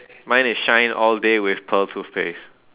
mine is shine all day with pearl toothpaste